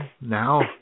Now